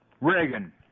Reagan